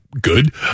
good